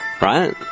Right